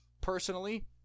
Personally